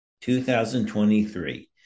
2023